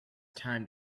time